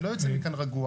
אני לא יוצא מכאן רגוע.